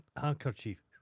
handkerchief